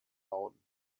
bauen